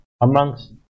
amongst